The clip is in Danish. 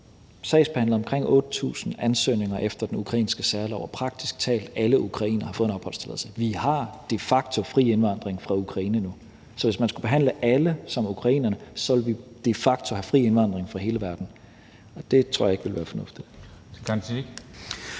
sagsbehandlet omkring 8.000 ansøgninger efter den ukrainske særlov, og praktisk talt alle ukrainere har fået en opholdstilladelse. Vi har de facto fri indvandring fra Ukraine nu. Så hvis man skulle behandle alle som ukrainerne, ville vi de facto have fri indvandring fra hele verden, og det tror jeg ikke ville være fornuftigt.